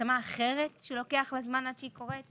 התאמה אחרת שלוקח זמן עד שהיא קורית,